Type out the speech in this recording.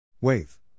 WAVE